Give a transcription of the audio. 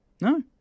No